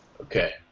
Okay